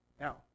Now